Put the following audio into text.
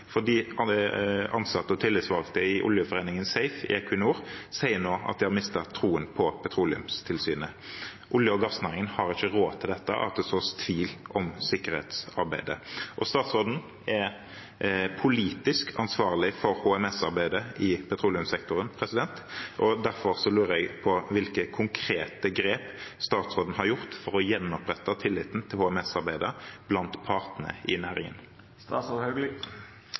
Ansatte og tillitsvalgte i Energiforbundet SAFE, i Equinor, sier at de har mistet troen på Petroleumstilsynet. Olje- og gassnæringen har ikke råd til at det sås tvil om sikkerhetsarbeidet. Statsråden er politisk ansvarlig for HMS-arbeidet i petroleumssektoren. Derfor lurer jeg på hvilke konkrete grep statsråden har gjort for å gjenopprette tilliten til HMS-arbeidet blant partene i næringen.